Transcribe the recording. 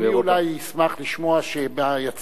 אדוני אולי ישמח לשמוע שביציע,